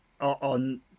on